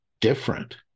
different